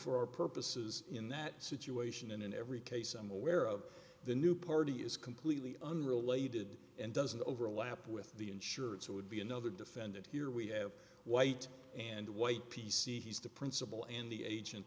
for our purposes in that situation and in every case i'm aware of the new party is completely unrelated and doesn't overlap with the insurance it would be another defendant here we have white and white p c he's the principal and the agent